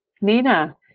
Nina